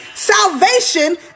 Salvation